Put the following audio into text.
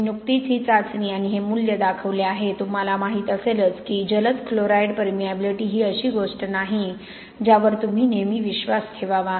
मी नुकतीच ही चाचणी आणि हे मूल्य दाखवले आहे तुम्हाला माहित असेलच की जलद क्लोराईड पर्मियबिलिटी ही अशी गोष्ट नाही ज्यावर तुम्ही नेहमी विश्वास ठेवावा